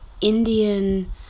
indian